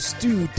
Stew